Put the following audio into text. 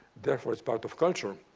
therefore it's part of culture,